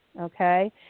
Okay